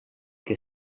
que